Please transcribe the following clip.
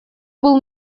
был